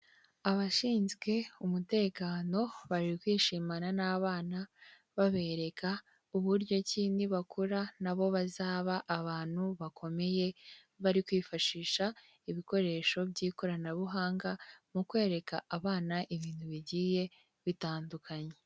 Abashinzwe umutekano bari kwishimana n'abana babereka uburyo ki n'ibakora nabo bazaba abantu bakomeye, bari kwifashisha ibikoresho by'ikoranabuhanga mu kwereka abana ibintu bigiye bitandukanye.